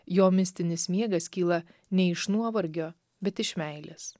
jo mistinis miegas kyla ne iš nuovargio bet iš meilės